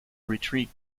retreat